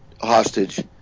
hostage